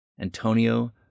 Antonio